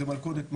זה מלכודת מוות.